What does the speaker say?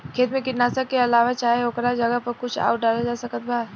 खेत मे कीटनाशक के अलावे चाहे ओकरा जगह पर कुछ आउर डालल जा सकत बा?